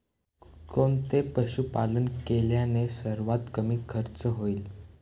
कोणते पशुपालन केल्याने सर्वात कमी खर्च होईल?